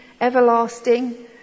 everlasting